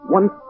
One